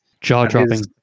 jaw-dropping